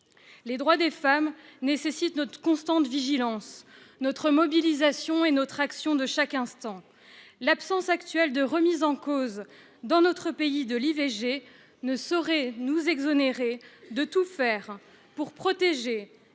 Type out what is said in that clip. Les droits des femmes nécessitent notre constante vigilance, notre mobilisation et notre action de chaque instant. L'absence actuelle de remise en cause de l'IVG dans notre pays ne saurait nous exonérer de tout faire pour protéger